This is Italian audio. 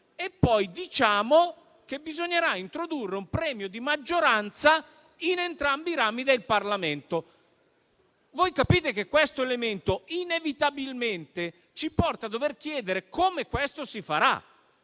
e poi diciamo che bisognerà introdurre un premio di maggioranza in entrambi i rami del Parlamento. Voi capite che questo elemento inevitabilmente ci porta a dover chiedere come questo si farà.